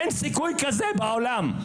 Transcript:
אין סיכוי כזה בעולם.